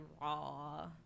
raw